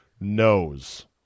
knows